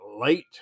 late